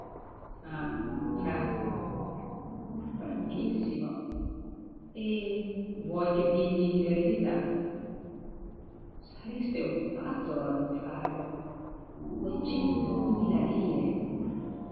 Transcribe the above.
ah franco franchissimo e vuoi che pigli l'eredità sareste un pazzo a non farlo duecentomila lire